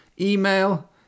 Email